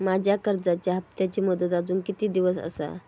माझ्या कर्जाचा हप्ताची मुदत अजून किती दिवस असा?